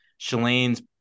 Shalane's